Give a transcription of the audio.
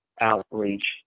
outreach